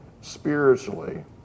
spiritually